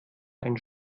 einen